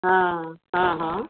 हा हा हा